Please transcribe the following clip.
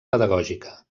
pedagògica